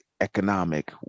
economic